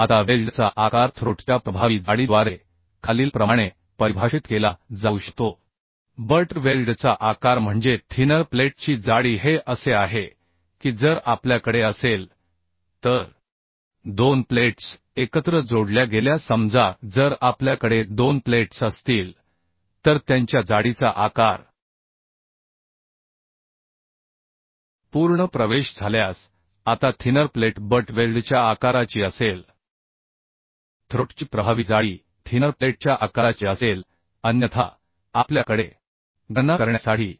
आता वेल्डचा आकार थ्रोट च्या प्रभावी जाडीद्वारे खालीलप्रमाणे परिभाषित केला जाऊ शकतो बट वेल्डचा आकार म्हणजे थिनर प्लेटची जाडी हे असे आहे की जर आपल्याकडे असेल तर दोन प्लेट्स एकत्र जोडल्या गेल्या समजा जर आपल्याकडे दोन प्लेट्स असतील तर त्यांच्या जाडीचा आकार पूर्ण प्रवेश झाल्यास आता थिनर प्लेट बट वेल्डच्या आकाराची असेल थ्रोट ची प्रभावी जाडी थिनर प्लेटच्या आकाराची असेल अन्यथा आपल्याला गणना करावी लागेल